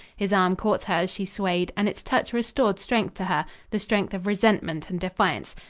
his arm caught her as she swayed, and its touch restored strength to her the strength of resentment and defiance.